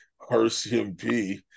RCMP